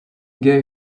gave